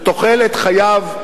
שתוחלת חייו,